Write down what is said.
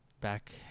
back